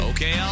Okay